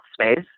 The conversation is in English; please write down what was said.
space